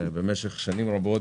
במשך שנים רבות